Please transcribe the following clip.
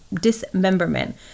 dismemberment